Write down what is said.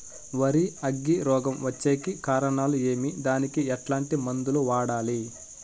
వరి అగ్గి రోగం వచ్చేకి కారణాలు ఏమి దానికి ఎట్లాంటి మందులు వాడాలి?